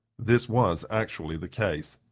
this was actually the case.